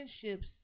friendships